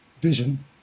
vision